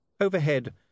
Overhead